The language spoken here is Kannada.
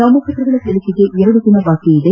ನಾಮಪತ್ರಗಳ ಸಲ್ಲಿಕೆಗೆ ಎರಡು ದಿನ ಬಾಕಿ ಇದೆ